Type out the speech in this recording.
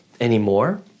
anymore